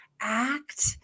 act